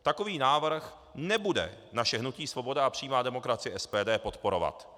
Takový návrh nebude naše hnutí Svoboda a přímá demokracie SPD podporovat.